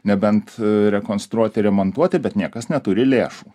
nebent rekonstruoti remontuoti bet niekas neturi lėšų